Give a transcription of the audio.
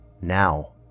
Now